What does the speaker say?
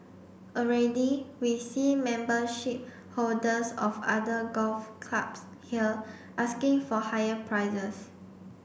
already we see membership holders of other golf clubs here asking for higher prices